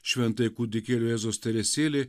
šventajai kūdikėlio jėzaus teresėlei